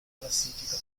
classifica